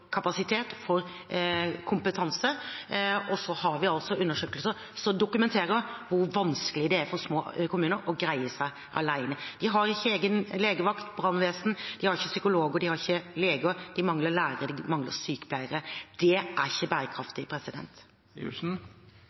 kapasitet og for kompetanse, og så har vi altså undersøkelser som dokumenterer hvor vanskelig det er for små kommuner å greie seg alene. De har ikke egen legevakt eller eget brannvesen, de har ikke psykologer, de har ikke leger, de mangler lærere, de mangler sykepleiere – det er ikke bærekraftig.